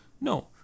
No